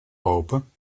open